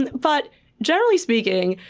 and but generally speaking,